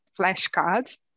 flashcards